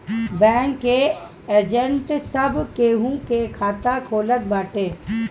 bank के agent सब केहू के खाता खोलत बाटे